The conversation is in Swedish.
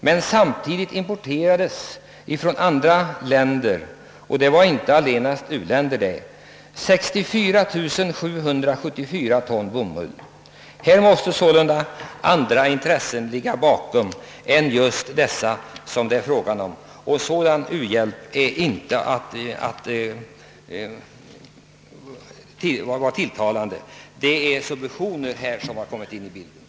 Men samtidigt importerades från andra länder -— säkerligen inga u-länder — 64 774 ton bomull. Här måste sålunda andra intressen ligga bakom än de som det här är fråga om, nämligen hjälpen till de enskilda människorna, En sådan u-hjälp är långt ifrån tilltalande. Det är subventioner som här avgör priset på de importerade textilprodukterna.